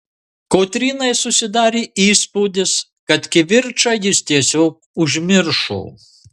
kotrynai susidarė įspūdis kad kivirčą jis tiesiog užmiršo